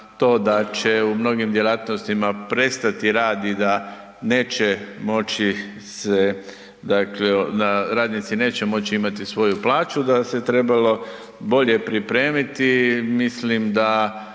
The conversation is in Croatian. to da će u mnogim djelatnostima prestati rad i da neće moći se dakle radnici neće moći imati svoju plaću da se trebalo bolje pripremiti, mislim da